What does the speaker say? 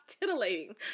Titillating